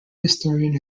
historian